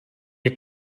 jak